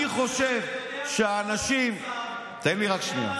אני חושב שאנשים, תן לי רק שנייה.